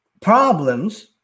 problems